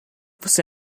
você